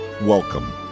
Welcome